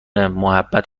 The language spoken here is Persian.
محبت